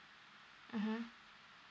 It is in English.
mmhmm